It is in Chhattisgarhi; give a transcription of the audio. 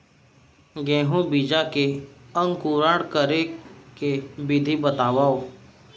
गेहूँ बीजा के अंकुरण करे के विधि बतावव?